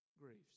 griefs